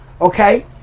Okay